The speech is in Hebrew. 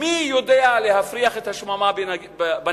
מי יודע להפריח את השממה בנגב?